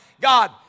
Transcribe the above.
God